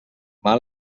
mal